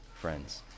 friends